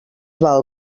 val